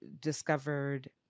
discovered